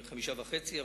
5.5%,